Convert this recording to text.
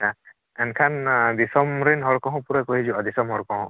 ᱟᱪᱪᱷᱟ ᱮᱱᱠᱷᱟᱱ ᱫᱤᱥᱚᱢ ᱨᱮᱱ ᱦᱚᱲ ᱠᱚ ᱦᱚᱸ ᱯᱩᱨᱟᱹ ᱠᱚ ᱦᱤᱡᱩᱜᱼᱟ ᱫᱤᱥᱚᱢ ᱦᱚᱲ ᱠᱚᱦᱚᱸ